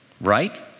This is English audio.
right